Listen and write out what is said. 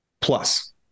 plus